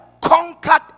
conquered